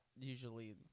usually